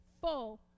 full